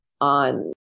on